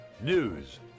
News